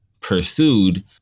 pursued